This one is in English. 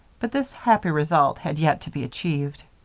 but this happy result had yet to be achieved.